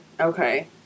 Okay